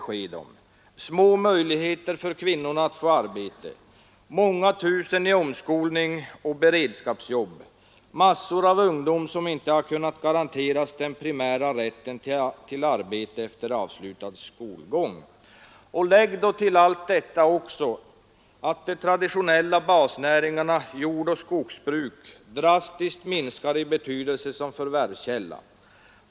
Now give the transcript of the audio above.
Små möjligheter för kvinnorna att få arbete. Många tusen i omskolning och beredskapsjobb. Massor av ungdom som inte har kunnat garanteras den primära rätten till arbete efter avslutad skolgång. Lägg därtill att de traditionella basnäringarna jordoch skogsbruk drastiskt minskar i betydelse som förvärvskälla.